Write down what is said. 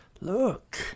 Look